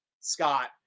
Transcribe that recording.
Scott